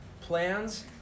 Plans